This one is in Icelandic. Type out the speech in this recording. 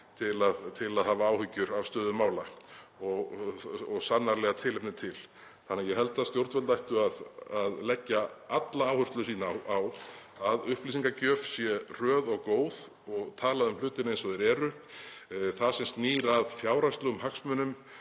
til að hafa áhyggjur af stöðu mála og sannarlega tilefni til. Þannig að ég held að stjórnvöld ættu að leggja alla áherslu sína á að upplýsingagjöf sé hröð og góð og að þau tali um hlutina eins og þeir eru. Og varðandi það sem snýr að fjárhagslegum hagsmunum